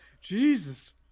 Jesus